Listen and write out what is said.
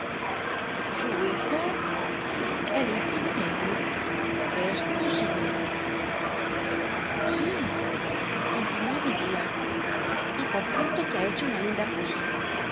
su bijo el hijo de dayid es posible si continuó mi tia i y por cierto que ha hecho una linda cosa